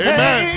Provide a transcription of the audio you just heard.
Amen